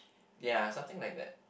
ya something like that